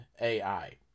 AI